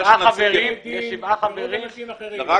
יש ארבעה נציגים ועוד אנשים אחרים.